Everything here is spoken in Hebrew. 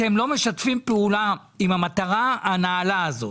אתם לא משתפים פעולה עם המטרה הנעלה הזאת.